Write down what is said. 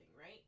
right